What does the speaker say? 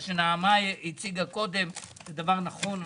מה שנעמה הציגה קודם זה נכון.